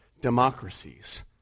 democracies